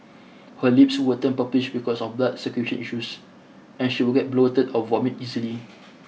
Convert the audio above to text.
her lips would turn purplish because of blood circulation issues and she would get bloated or vomit easily